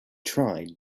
tried